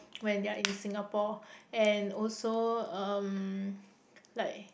when they are in Singapore and also um like